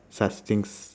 such things